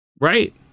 right